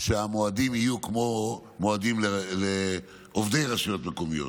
שהמועדים יהיו כמו המועדים לעובדי רשויות מקומיות.